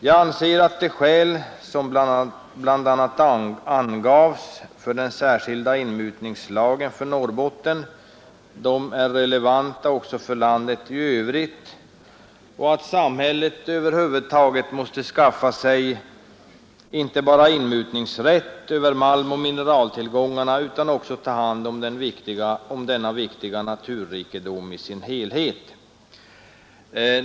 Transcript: Jag anser att de skäl som bl.a. anfördes för den särskilda inmutningslagen för Norrbotten är relevanta också för landet i övrigt och att samhället över huvud taget inte bara måste skaffa sig inmutningsrätt över malmoch mineraltillgångarna, utan också ta hand om denna viktiga naturrikedom i dess helhet.